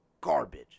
garbage